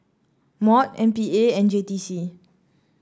MOD M P A and J T C